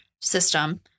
system